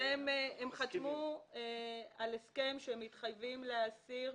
הם חתמו על הסכם שבו הם התחייבו להסיר.